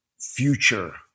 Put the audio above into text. future